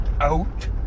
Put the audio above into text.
out